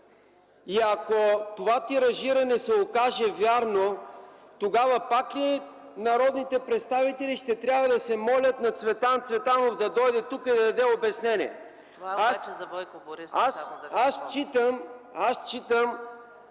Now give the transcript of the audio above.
Ако това тиражиране се окаже вярно, тогава пак ли народните представители ще трябва да се молят на Цветан Цветанов да дойде тук и да даде обяснение?!